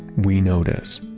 we notice.